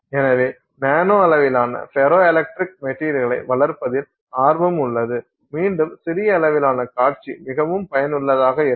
எனவே நானோ அளவிலான ferro electric மெட்டீரியல்களை வளர்ப்பதில் ஆர்வம் உள்ளது மீண்டும் சிறிய அளவிலான காட்சி மிகவும் பயனுள்ளதாக இருக்கும்